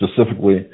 specifically